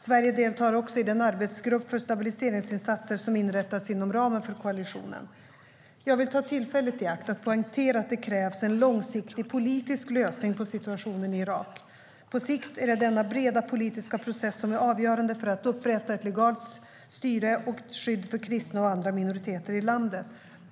Sverige deltar också i den arbetsgrupp för stabiliseringsinsatser som inrättats inom ramen för koalitionen. Jag vill ta tillfället i akt att poängtera att det krävs en långsiktig politisk lösning på situationen i Irak. På sikt är det denna breda politiska process som är avgörande för att upprätta ett legalt styre och skydd för kristna och andra minoriteter i landet.